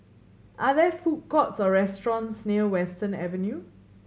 are there food courts or restaurants near Western Avenue